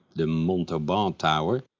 the montauban tower,